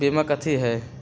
बीमा कथी है?